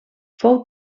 fou